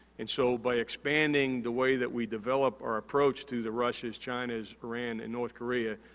and, so by expanding the way that we develop our approach to the russias, chinas, iran, and north korea,